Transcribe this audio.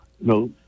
No